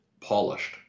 polished